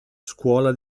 scuola